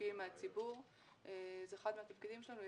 למשקיעים מהציבור זה אחד מהתפקידים שלנו.